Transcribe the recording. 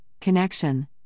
connection